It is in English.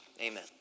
Amen